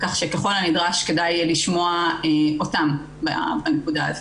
כך שככל הנדרש כדאי לשמוע אותם בנקודה הזאת.